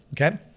Okay